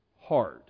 hard